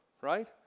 right